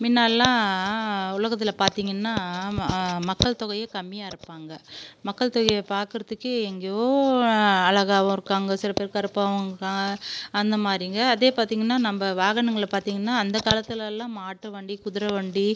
முன்னெல்லாம் உலகத்தில் பார்த்திங்கன்னா மக்கள்தொகை கம்மியாக இருப்பாங்க மக்கள்தொகையை பார்க்கறத்துக்கே எங்கேயோ அழகாவும் இருக்காங்க சில பேர் கருப்பாகவும் இருக்காங்க அந்தமாதிரிங்க அதே பார்த்திங்கன்னா நம்ம வாகனங்களை பார்த்திங்கன்னா அந்த காலத்துலெலாம் மாட்டு வண்டி குதிரை வண்டி